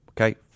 okay